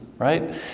right